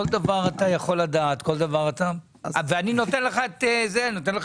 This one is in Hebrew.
כל דבר אתה יכול לדעת ואני נותן לך את כל